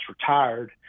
retired